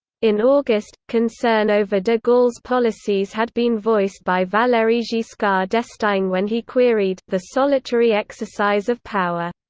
in august, concern over de gaulle's policies had been voiced by valery giscard d'estaing when he queried the solitary exercise of power.